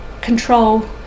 control